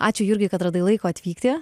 ačiū jurgiui kad radai laiko atvykti